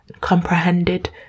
comprehended